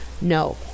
No